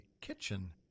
kitchen